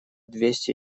двести